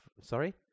Sorry